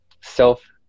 self